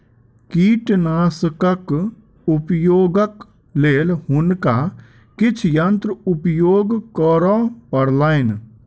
कीटनाशकक उपयोगक लेल हुनका किछ यंत्र उपयोग करअ पड़लैन